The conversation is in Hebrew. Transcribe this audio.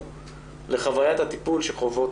יש סדנאות,